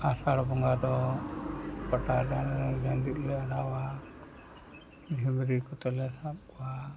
ᱟᱥᱟᱲ ᱵᱚᱸᱜᱟ ᱫᱚ ᱯᱟᱴᱟ ᱡᱟᱞ ᱡᱟᱸᱡᱤᱫ ᱞᱮ ᱚᱰᱟᱣᱟ ᱡᱷᱤᱢᱨᱤ ᱠᱚᱛᱮᱞᱮ ᱥᱟᱵ ᱠᱚᱣᱟ